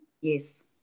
Yes